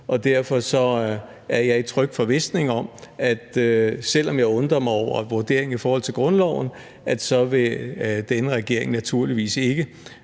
derfor er jeg i tryg forvisning om, at selv om jeg undrer mig over vurderingen i forhold til grundloven, vil denne regering naturligvis ikke